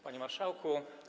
Panie Marszałku!